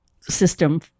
system